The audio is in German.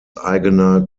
eigener